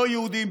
לא יהודים,